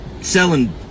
selling